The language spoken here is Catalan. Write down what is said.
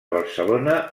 barcelona